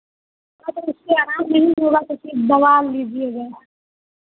हाँ तो उससे आराम नहीं होगा तो फिर दवा लीजिएगा